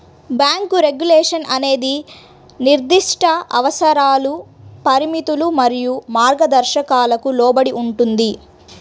bank regulation అనేది నిర్దిష్ట అవసరాలు, పరిమితులు మరియు మార్గదర్శకాలకు లోబడి ఉంటుంది,